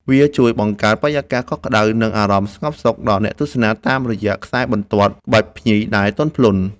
វាជួយបង្កើតបរិយាកាសកក់ក្ដៅ និងអារម្មណ៍ស្ងប់សុខដល់អ្នកទស្សនា តាមរយៈខ្សែបន្ទាត់ក្បាច់ភ្ញីដែលទន់ភ្លន់។